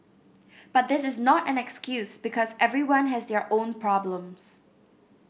but this is not an excuse because everyone has their own problems